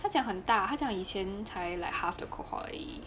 他讲很大他讲以前才 like half the cohort 而已